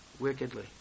wickedly